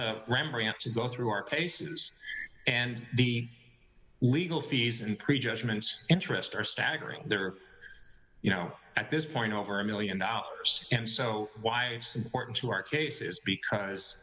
to go through our cases and the legal fees and prejudgments interest are staggering there are you know at this point over a one million dollars and so why it's important to our case is because